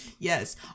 Yes